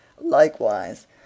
likewise